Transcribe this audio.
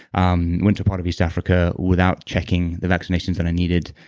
um went to a part of east africa without checking the vaccinations that i needed,